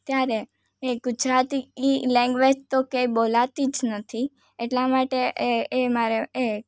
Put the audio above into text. ત્યારે એ ગુજરાતી ઇ લેંગેવેજ તો ક્યાંય બોલાતી જ નથી એટલા માટે એ એ મારે એ